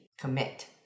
Commit